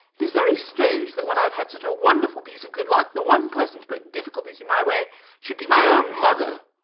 it is very strange that when i have had such a wonderful piece of good luck, the one person to put difficulties in my way should be my own mother.